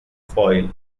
foil